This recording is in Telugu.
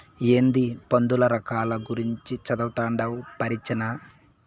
ఏందీ పందుల రకాల గూర్చి చదవతండావ్ పరీచ్చనా